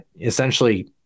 essentially